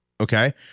Okay